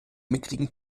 mickrigen